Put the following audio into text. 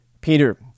Peter